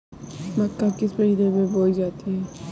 मक्का किस महीने में बोई जाती है?